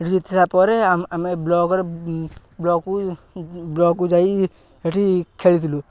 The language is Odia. ଏଠି ପରେ ଆମେ ବ୍ଲକ୍ରେ ବ୍ଲକ୍କୁ ବ୍ଲକ୍କୁ ଯାଇ ଏଠି ଖେଳିଥିଲୁ